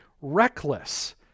reckless